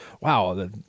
wow